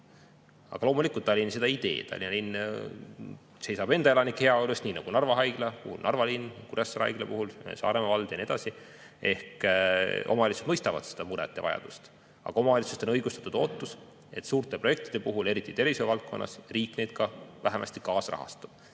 Aga loomulikult Tallinn seda ei tee. Tallinna linn seisab enda elanike heaolu eest, nii nagu Narva Haigla puhul Narva linn, Kuressaare Haigla puhul Saaremaa vald ja nii edasi. Omavalitsused mõistavad seda muret ja vajadust, aga omavalitsustel on õigustatud ootus, et suurte projektide puhul, eriti tervishoiu valdkonnas, riik neid vähemasti kaasrahastab.